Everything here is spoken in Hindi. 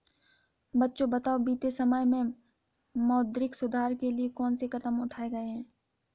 बच्चों बताओ बीते समय में मौद्रिक सुधार के लिए कौन से कदम उठाऐ गए है?